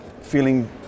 feeling